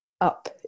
up